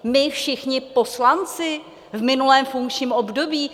My všichni poslanci v minulém funkčním období?